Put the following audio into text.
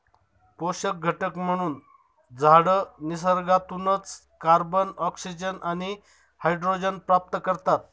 पोषक घटक म्हणून झाडं निसर्गातूनच कार्बन, ऑक्सिजन आणि हायड्रोजन प्राप्त करतात